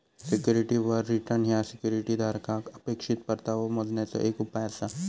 सिक्युरिटीवर रिटर्न ह्या सिक्युरिटी धारकाक अपेक्षित परतावो मोजण्याचे एक उपाय आसा